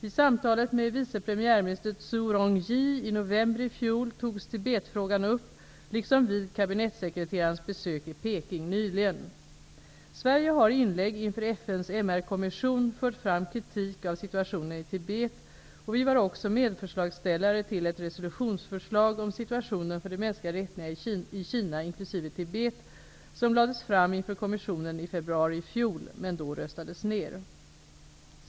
I samtalet med vice premiärminister Zhu Rongji i november i fjol togs Tibetfrågan upp, liksom vid kabinettssekreterarens besök i Peking nyligen. Sverige har i inlägg inför FN:s MR-kommission fört fram kritik av situationen i Tibet, och vi var också medförslagsställare till ett resolutionsförslag om situationen för de mänskliga rättigheterna i Kina inkl. Tibet, som lades fram inför kommissionen i februari i fjol men då röstades ner.